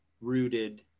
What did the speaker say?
Rooted